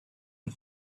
and